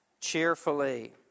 cheerfully